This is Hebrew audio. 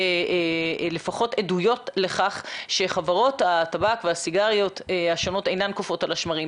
ולפחות עדויות לכך שחברות הטבק והסיגריות השונות אינן קופאות על השמרים,